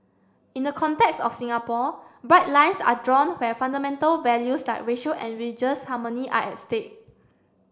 in the context of Singapore bright lines are drawn where fundamental values like racial and religious harmony are at stake